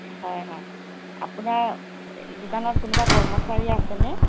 হয় হয় আপোনাৰ দোকানত কোনোবা কৰ্মচাৰী আছেনে